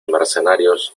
mercenarios